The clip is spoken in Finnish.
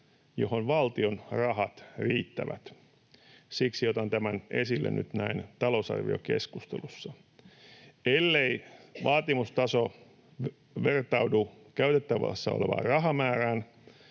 johon valtion rahat riittävät. Siksi otan tämän esille nyt näin talousarviokeskustelussa. Ellei vaatimustaso vertaudu käytettävissä olevaan rahamäärään,